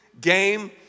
game